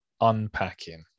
Unpacking